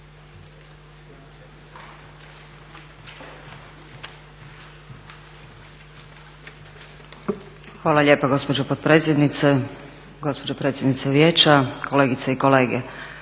Hvala lijepo gospođo potpredsjednice, gospođo predsjednice Vijeća, kolegice i kolege.